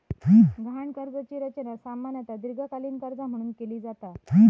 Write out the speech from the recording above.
गहाण कर्जाची रचना सामान्यतः दीर्घकालीन कर्जा म्हणून केली जाता